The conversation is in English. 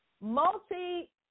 Multi